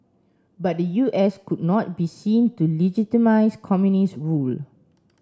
but the U S could not be seen to legitimise communist rule